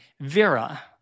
Vera